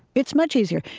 it's much easier.